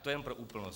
To jenom pro úplnost.